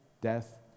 death